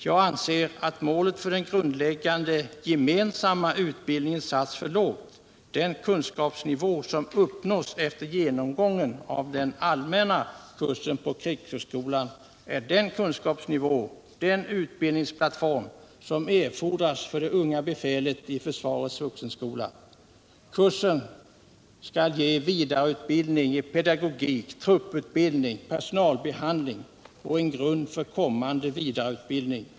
Jag anser att målet för den grundläggande gemensamma utbildningen har satts för lågt. Den kunskapsnivå som uppnås efter genomgången av den allmänna kursen på krigshögskolan är den kunskapsnivå, den utbildningsplattform som erfordras för det unga befälet i försvarets vuxenskola. Kursen skall ge vidareutbildning i pedagogik, trupputbildning och personalbehandling samt en grund för kommande vidareutbildning.